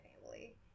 family